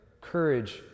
Courage